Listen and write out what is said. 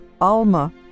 Alma